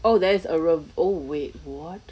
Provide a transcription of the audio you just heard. oh there's a room oh wait what